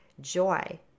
joy